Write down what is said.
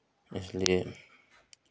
इसलिए